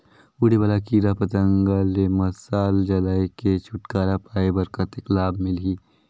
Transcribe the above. उड़े वाला कीरा पतंगा ले मशाल जलाय के छुटकारा पाय बर कतेक लाभ मिलही?